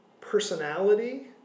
personality